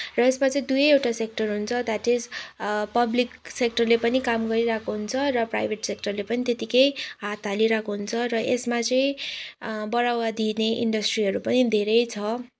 र यसमा चाहिँ दुईवटा सेक्टर हुन्छ द्याट इज पब्लिक सेक्टरले पनि काम गरिरहेको हुन्छ र प्राइभेट सेक्टरले पनि त्यतिकै हात हालीरहेको हुन्छ र यसमा चाहिँ बढावा दिने इन्डस्ट्रीहरू पनि धेरै छ